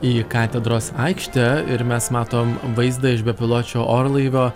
į katedros aikštę ir mes matom vaizdą iš bepiločio orlaivio